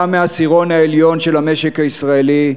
גם מהעשירון העליון של המשק הישראלי,